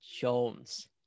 Jones